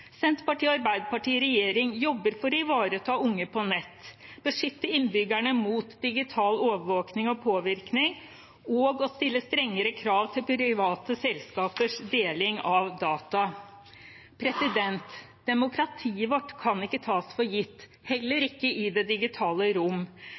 Senterpartiet og Arbeiderpartiet i regjering jobber for å ivareta unge på nett, beskytte innbyggerne mot digital overvåkning og påvirkning og å stille strengere krav til private selskapers deling av data. Demokratiet vårt kan ikke tas for gitt, heller